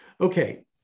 okay